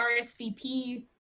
RSVP